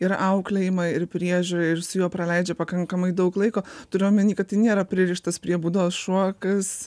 ir auklėjimą ir priežiūrą ir su juo praleidžia pakankamai daug laiko turiu omeny kad tai nėra pririštas prie būdos šuo kas